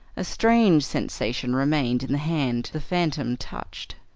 a strange sensation remained in the hand the phantom touched.